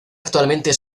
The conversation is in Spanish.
actualmente